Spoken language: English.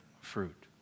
fruit